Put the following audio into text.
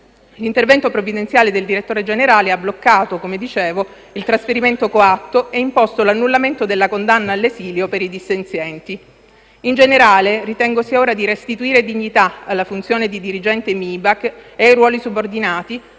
L'intervento provvidenziale del direttore generale ha bloccato, come dicevo, il trasferimento coatto e imposto l'annullamento della condanna all'esilio per i dissenzienti. In generale, ritengo sia ora di restituire dignità alla funzione di dirigente MIBAC e ai ruoli subordinati,